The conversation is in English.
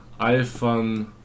iPhone